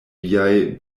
viaj